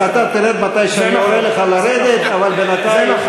אתה תרד מתי שאני אומר לך לרדת, זה נכון, זה נכון.